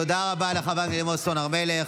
תודה רבה לחברת הכנסת סן הר מלך.